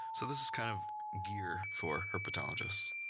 so, this is kind of gear for herpetologists.